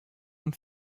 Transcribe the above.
und